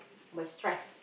my stress